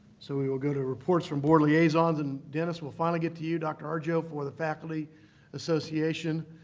so we will go to reports from board liaisons. and dennis, we'll finally get to you, dr. arjo, for the faculty association.